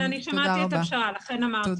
כן, אני שמעתי את הפשרה, לכן אמרתי.